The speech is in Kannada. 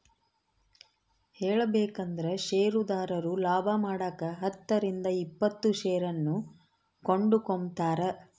ಹೇಳಬೇಕಂದ್ರ ಷೇರುದಾರರು ಲಾಭಮಾಡಕ ಹತ್ತರಿಂದ ಇಪ್ಪತ್ತು ಷೇರನ್ನು ಕೊಂಡುಕೊಂಬ್ತಾರ